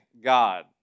God